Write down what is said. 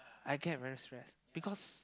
I get very stress because